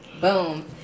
Boom